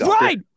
right